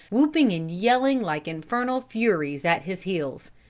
whooping and yelling like infernal furies at his heels.